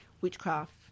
witchcraft